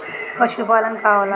पशुपलन का होला?